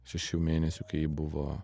šešių mėnesių kai ji buvo